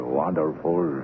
wonderful